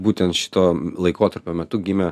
būtent šito laikotarpio metu gimė